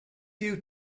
few